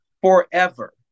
forever